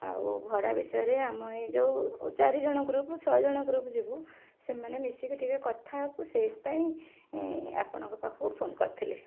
ଆଉ ଭଡ଼ା ବିଷୟରେ ଆମ ଏ ଯେଉଁ ଚାରିଜଣ ଗ୍ରୁପ ଛଅଜଣ ଗ୍ରୁପ ଯିବୁ ସେମାନେ ମିଶିକି ଟିକେ କଥା ହବୁ ସେଇଥିପାଇଁ ଆପଣଙ୍କ ପାଖକୁ ଫୋନ କରିଥିଲି